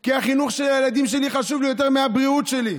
כי החינוך של הילדים שלי חשוב לי יותר מהבריאות שלי.